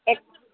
এক